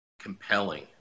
compelling